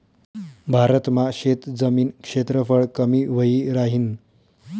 भारत मा शेतजमीन क्षेत्रफळ कमी व्हयी राहीन